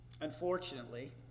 Unfortunately